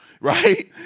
right